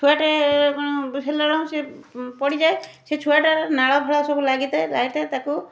ଛୁଆଟେ କ'ଣ ହେଲେ ରୁହେ ସେ ପଡ଼ିଯାଏ ସେ ଛୁଆଟାର ନାଳଫାଳ ସବୁ ଲାଗିଥାଏ ଲାଗିଥାଏ ତାକୁ